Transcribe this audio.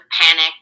panic